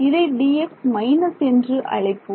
இதை என்று அழைப்போம்